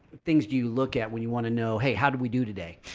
things do you look at when you want to know hey, how do we do today?